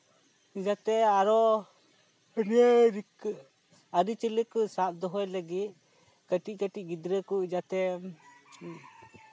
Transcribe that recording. ᱡᱟᱛᱮ ᱟᱨᱚ ᱤᱱᱟᱹ ᱨᱤᱠᱟᱹ ᱟᱹᱨᱤᱪᱟᱞᱤ ᱠᱚ ᱥᱟᱵ ᱫᱚᱦᱚᱭ ᱞᱟᱹᱜᱤᱫ ᱠᱟᱹᱴᱤᱡᱼᱠᱟᱹᱴᱤᱡ ᱜᱤᱫᱽᱨᱟᱹ ᱠᱚ ᱡᱟᱛᱮ